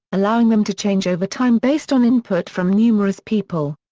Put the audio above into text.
allowing them to change over time based on input from numerous people.